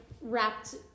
wrapped